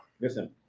Listen